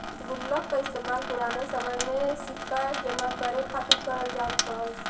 गुल्लक का इस्तेमाल पुराने समय में सिक्का जमा करे खातिर करल जात रहल